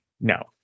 No